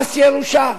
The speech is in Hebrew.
מס ירושה,